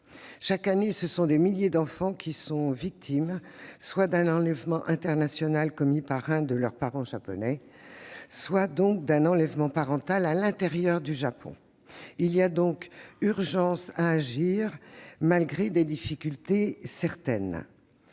Chaque année, des milliers d'enfants sont victimes soit d'un enlèvement international commis par leur parent japonais, soit d'un enlèvement parental à l'intérieur du Japon. Il y a donc urgence à agir, malgré des difficultés certaines.